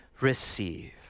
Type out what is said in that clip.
receive